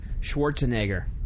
Schwarzenegger